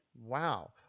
Wow